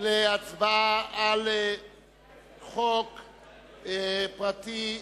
להצבעה על הצעת חוק פרטית,